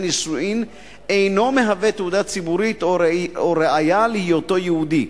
נישואין אינו מהווה "תעודה ציבורית" או ראיה להיותו יהודי.